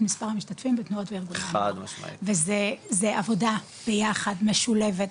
מספר המשתתפים בתנועות וארגוני הנוער וזה עבודה ביחד משולבת,